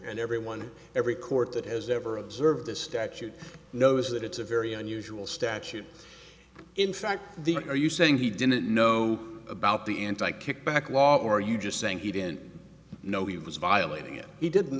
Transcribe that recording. and every one every court that has ever observed this statute knows that it's a very unusual statute in fact the are you saying he didn't know about the anti kickback law are you just saying he didn't know he was violating it he didn't